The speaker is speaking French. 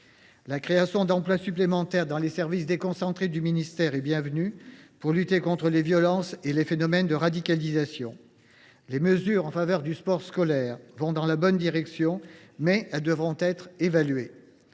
La création d’emplois supplémentaires dans les services déconcentrés du ministère est bienvenue, pour lutter contre les violences et les phénomènes de radicalisation. Les mesures en faveur du sport scolaire vont dans la bonne direction, mais elles devront être évaluées.